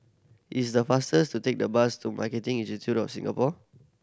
it's the faster to take the bus to Marketing Institute of Singapore